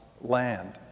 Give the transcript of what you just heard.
land